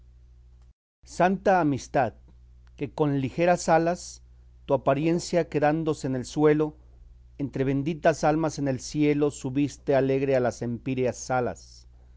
soneto santa amistad que con ligeras alas tu apariencia quedándose en el suelo entre benditas almas en el cielo subiste alegre a las impíreas salas